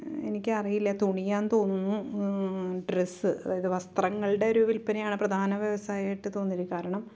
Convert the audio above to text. എനിക്ക് അറിയില്ല തുണിയാണെന്ന് തോന്നുന്നു ഡ്രസ്സ് അതായത് വസ്ത്രങ്ങളുടെ ഒരു വില്പനയാണ് പ്രധാന വ്യവസായമായിട്ട് തോന്നിയത് കാരണം